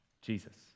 Jesus